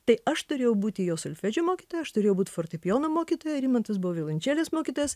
tai aš turėjau būti jo solfedžio mokytoja aš turėjau būt fortepijono mokytoja rimantas buvo violončelės mokytojas